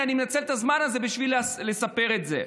אז הינה, אני מנצל את הזמן הזה בשביל לספר את זה.